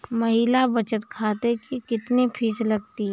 महिला बचत खाते की कितनी फीस लगती है?